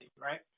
right